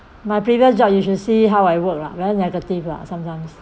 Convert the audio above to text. my previous job you should see how I work lah very negative lah sometimes